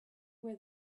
where